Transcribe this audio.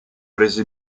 prese